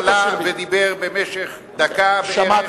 הוא עלה ודיבר במשך דקה בערך,